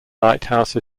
lighthouse